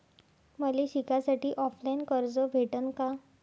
मले शिकासाठी ऑफलाईन कर्ज भेटन का?